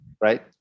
right